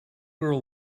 girl